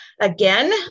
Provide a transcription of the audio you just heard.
Again